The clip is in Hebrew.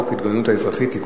החוקים הגדולים עוברים ברוב קטן.